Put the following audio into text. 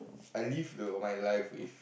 I live the all my life with